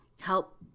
help